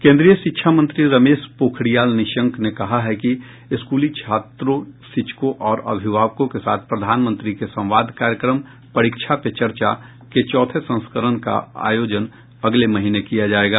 केन्द्रीय शिक्षा मंत्री रमेश पोखरियाल निशंक ने कहा है कि स्कूली छात्रों शिक्षकों और अभिभावकों के साथ प्रधानमंत्री के संवाद कार्यक्रम परीक्षा पे चर्चा के चौथे संस्करण का आयोजन अगले महीने किया जाएगा